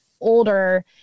older